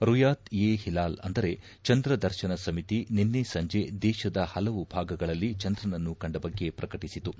ರುಯಾತ್ ಏ ಹಿಲಾಲ್ ಅಂದರೆ ಚಂದ್ರ ದರ್ತನ ಸಮಿತಿ ನಿನ್ನೆ ಸಂಜೆ ದೇಶದ ಹಲವು ಭಾಗಗಳಲ್ಲಿ ಚಂದ್ರನನ್ನು ಕಂಡ ಬಗ್ಗೆ ಪ್ರಕಟಿಸಿತು